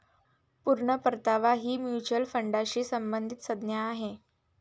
पूर्ण परतावा ही म्युच्युअल फंडाशी संबंधित संज्ञा आहे